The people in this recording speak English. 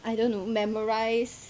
I don't know memories